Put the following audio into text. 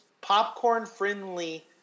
popcorn-friendly